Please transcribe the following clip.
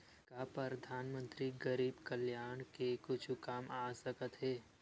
का परधानमंतरी गरीब कल्याण के कुछु काम आ सकत हे